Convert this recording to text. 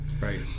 Right